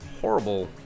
horrible